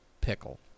Pickle